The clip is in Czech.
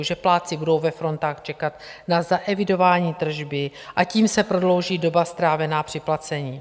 Že plátci budou ve frontách čekat na zaevidování tržby, a tím se prodlouží doba strávena při placení.